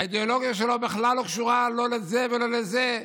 האידיאולוגיה שלו בכלל לא קשורה לא לזה ולא לזה.